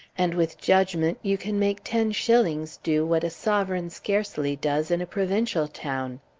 and with judgment you can make ten shillings do what a sovereign scarcely does in a provincial town.